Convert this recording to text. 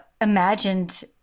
imagined